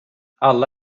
alla